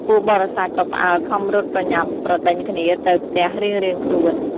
ពួកបរិស័ទក៏ផ្អើលខំរត់ប្រញាប់ប្រដេញគ្នាទៅផ្ទះរៀងៗខ្លួន។